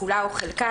כולה או חלקה,